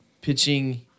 pitching